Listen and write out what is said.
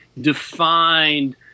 defined